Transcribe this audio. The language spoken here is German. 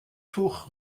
tuch